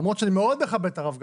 למרות שאני מאוד מכבד את הרב גפני.